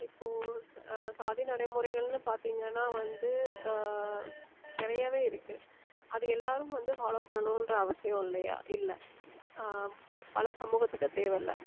இப்போது சாதிநடைமுறைகள்னு பார்த்தீங்கன்னா வந்து நிறையாவே இருக்குது அது எல்லாரும் வந்து ஃபாலோ பண்ணணுன்ற அவசியம் இல்லையா இல்லை பல சமூகத்துக்கு தேவயில்ல